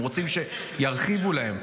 הם רוצים שירחיבו להם.